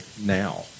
now